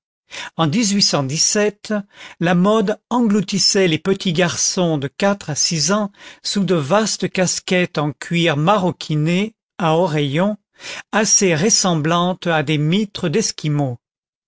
en la mode engloutissait les petits garçons de quatre à six ans sous de vastes casquettes en cuir maroquiné à oreillons assez ressemblantes à des mitres d'esquimaux